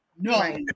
No